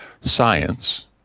science